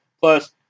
Plus